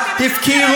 לא אמרתי בשום, שלא.